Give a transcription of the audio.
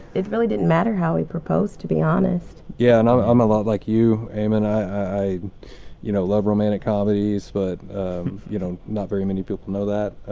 it really didn't matter how he proposed to be honest yeah i and i'm i'm a lot like you am and i you know love romantic comedies but you know not very many people know that